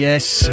Yes